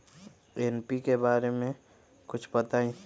NPK बारे म कुछ बताई?